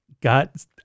got